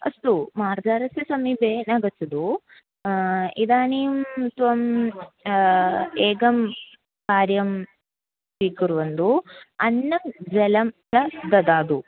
अस्तु मार्जारस्य समीपे न गच्छतु इदानीं त्वम् एकं कार्यं स्वीकुर्वन्तु अन्नं जलं न ददातु